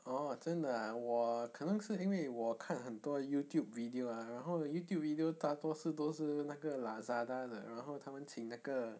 oh 真的 ah 我可能是因为我看很多 youtube video ah 然后 youtube video 大多数都是那个 lazada 的然后他们请那个